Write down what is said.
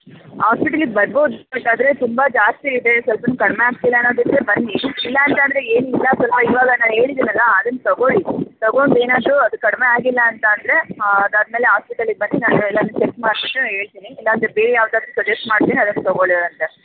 ಹಾಸ್ಪಿಟಲಿಗೆ ಬರ್ಬೋದು ಬಟ್ ಆದರೆ ತುಂಬ ಜಾಸ್ತಿ ಇದೆ ಸ್ವಲ್ಪ ಕಡಿಮೆ ಆಗ್ತಾಯಿಲ್ಲ ಅನ್ನೋದು ಇದ್ರೆ ಬನ್ನಿ ಇಲ್ಲ ಅಂತಂದರೆ ಏನು ಇಲ್ಲ ಸ್ವಲ್ಪ ಇವಾಗ ನಾನು ಹೇಳಿದಿನಲ್ಲಾ ಅದನ್ನು ತಗೊಳ್ಳಿ ತಗೊಂಡು ಏನಾದರು ಅದು ಕಡಿಮೆ ಆಗಿಲ್ಲ ಅಂತ ಅಂದರೆ ಅದಾದಮೇಲೆ ಹಾಸ್ಪಿಟಲಿಗೆ ಬನ್ನಿ ನಾನು ಎಲ್ಲ ಟೆಸ್ಟ್ ಮಾಡಿಸ್ಬಿಟ್ಟು ಹೇಳ್ತೀನಿ ಇಲ್ಲ ಅಂದರೆ ಬೇರೆ ಯಾವ್ದು ಆದರು ಸಜೆಸ್ಟ್ ಮಾಡ್ತೀನಿ ಅದನ್ನು ತಗೋಳಿವ್ರಂತೆ